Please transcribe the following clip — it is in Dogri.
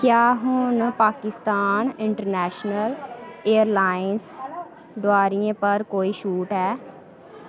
क्या हून पाकिस्तान इंटरनैशनल एयरलाइंस डोआरियें पर कोई छूट ऐ